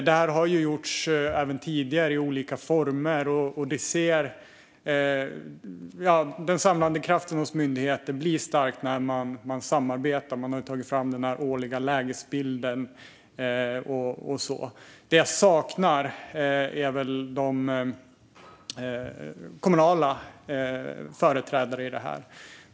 Det här har även gjorts tidigare i olika former; den samlande kraften hos myndigheter blir stark när man samarbetar. Exempelvis tar man fram en årlig lägesbild. Det jag saknar är de kommunala företrädarna.